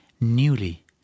newly